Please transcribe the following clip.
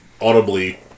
audibly